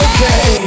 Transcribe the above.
Okay